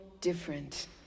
different